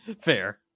Fair